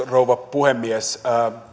rouva puhemies